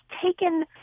taken